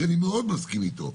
שאני מאוד מסכים איתו,